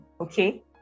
okay